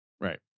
Right